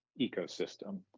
ecosystem